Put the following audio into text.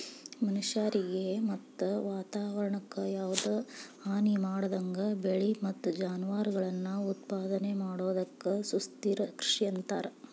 ಮನಷ್ಯಾರಿಗೆ ಮತ್ತ ವಾತವರಣಕ್ಕ ಯಾವದ ಹಾನಿಮಾಡದಂಗ ಬೆಳಿ ಮತ್ತ ಜಾನುವಾರಗಳನ್ನ ಉತ್ಪಾದನೆ ಮಾಡೋದಕ್ಕ ಸುಸ್ಥಿರ ಕೃಷಿ ಅಂತಾರ